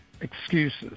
excuses